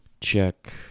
Check